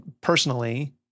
Personally